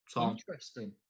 Interesting